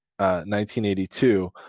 1982